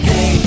Hey